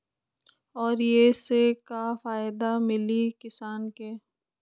और ये से का फायदा मिली किसान के?